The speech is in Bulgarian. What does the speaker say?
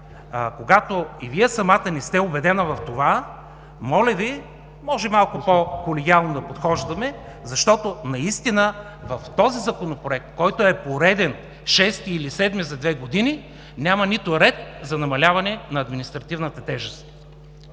когато и Вие самата не сте убедена в това, моля Ви, може малко по колегиално да подхождаме, защото наистина в този Законопроект, който е пореден, шести или седми за две години, няма нито ред за намаляване на административната тежест.